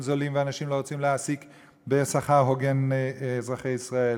ואנשים לא רוצים להעסיק בשכר הוגן אזרחי ישראל,